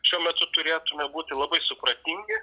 šiuo metu turėtume būti labai supratingi